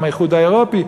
עם האיחוד האירופי,